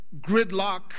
Gridlock